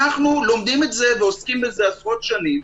אנחנו לומדים את זה ועוסקים בזה עשרות שנים,